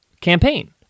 campaign